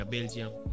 Belgium